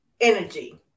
energy